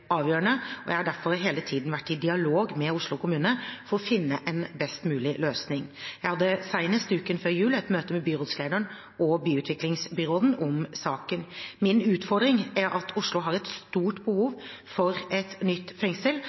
avgjørende, og jeg har derfor hele tiden vært i dialog med Oslo kommune for å finne en best mulig løsning. Jeg hadde senest uken før jul et møte med byrådslederen og byutviklingsbyråden om saken. Min utfordring er at Oslo har et stort behov for et nytt fengsel.